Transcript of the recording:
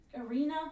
arena